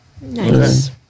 Nice